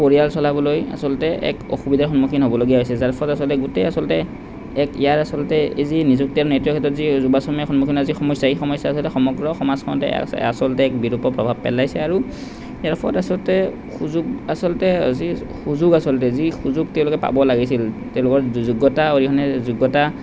পৰিয়াল চলাবলৈ আচলতে এক অসুবিধাৰ সন্মুখীন হ'বলগীয়া হৈছে যাৰ ফলত আচলতে গোটেই আচলতে এক ইয়াৰ আচলতে এই যি নিযুক্তি আৰু নেতৃত্ৱৰ ক্ষেত্ৰত যি নিৰ্বাচনৰ সন্মুীন হৈছে সমস্যা এই সমস্যাই যাতে সমগ্ৰ সমাজখনতে এক আচ আচলতে এক বিৰূপ প্ৰভাৱ পেলাইছে আৰু ইয়াৰ ফলত আচলতে সুযোগ আচলতে যি সুযোগ আচলতে যি সুযোগ তেওঁলোকে পাব লাগিছিল তেওঁলোকৰ যোগ্যতা অবিহনে যোগ্যতা